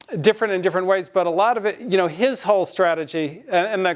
different in different ways but a lot of it, you know, his whole strategy. and, and like